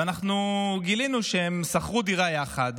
ואנחנו גילינו שהם שכרו דירה יחד,